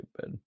stupid